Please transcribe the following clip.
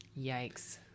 Yikes